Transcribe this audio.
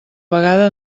vegada